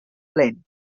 plane